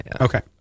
Okay